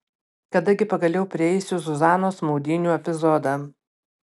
kada gi pagaliau prieisiu zuzanos maudynių epizodą